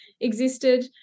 existed